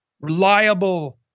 reliable